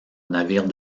navire